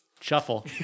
Shuffle